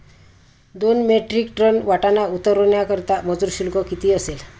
दोन metric tonne वाटाणा उतरवण्याकरता मजूर शुल्क किती असेल?